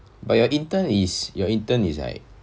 your intern is your intern is like